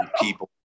people